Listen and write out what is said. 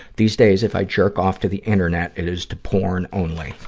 these days, if i jerk off to the internet, it is to porn only.